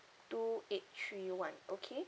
two eight three one okay